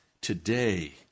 today